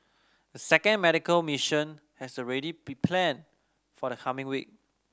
a second medical mission has already been planned for the coming week